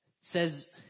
says